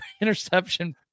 interception